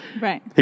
Right